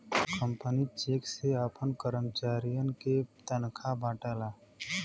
company cheque से आपन करमचारियन के तनखा बांटला